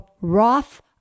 Roth